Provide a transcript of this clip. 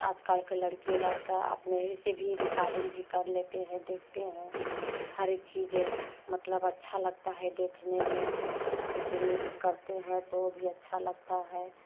आजकाल के लड़की लड़का अपने ऐसे भी रिकार्डिंग भी कर लेते हैं देखते हैं हर एक चीज़ मतलब अच्छा लगता है देखने में सूटिंग करते हैं तो भी अच्छा लगता है